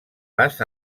pas